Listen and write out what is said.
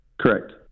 Correct